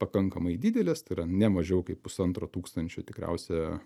pakankamai didelės tai yra ne mažiau kaip pusantro tūkstančio tikriausia